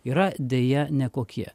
yra deja nekokie